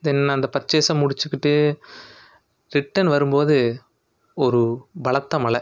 தென் அந்த பர்ச்சேஸை முடிச்சுக்கிட்டு ரிட்டர்ன் வரும்போது ஒரு பலத்த மழை